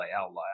outlier